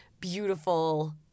beautiful